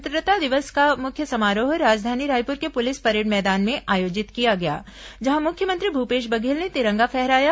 स्वतंत्रता दिवस का मुख्य समारोह राजधानी रायपुर के पुलिस परेड मैदान में आयोजित किया गया जहां मुख्यमंत्री भूपेश बघेल ने तिरंगा फहराया